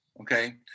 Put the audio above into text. Okay